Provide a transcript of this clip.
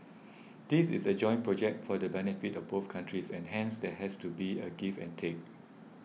this is a joint project for the benefit of both countries and hence there has to be a give and take